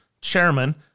chairman